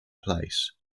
place